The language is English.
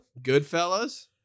Goodfellas